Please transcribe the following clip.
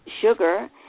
sugar